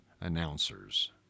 announcers